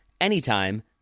anytime